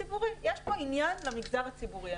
יש כאן עניין למגזר הציבורי.